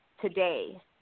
today